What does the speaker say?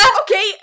Okay